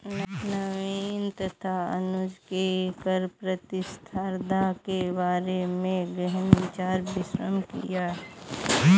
नवीन तथा अनुज ने कर प्रतिस्पर्धा के बारे में गहन विचार विमर्श किया